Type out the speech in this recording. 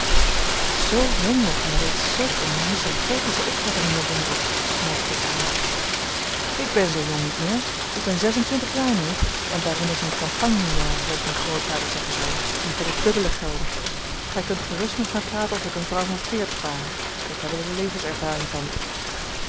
zoo jong nog en reeds zulk eene misanthropische opvatting van de wereld merkte ik aan ik ben zoo jong niet meer ik ben zes en twintig jaar neef en daaronder zijn campagnejaren zooals mijn grootvader zeggen zou die voor het dubbele gelden gij kunt gerust met mij praten of ik eene vrouw van veertig ware ik heb er de levenservaring van